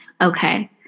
Okay